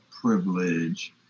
privilege